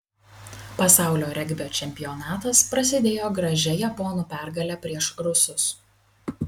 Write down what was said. pasaulio regbio čempionatas prasidėjo gražia japonų pergale prieš rusus